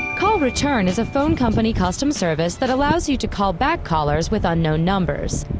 call return is a phone company custom service that allows you to call back callers with unknown numbers.